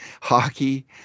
Hockey